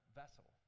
vessel